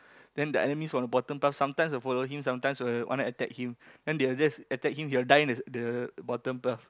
then the enemies from the bottom path sometimes will follow him sometimes will want to attack him then they'll just attack him he will die in the the bottom path